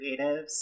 creatives